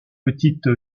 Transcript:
petite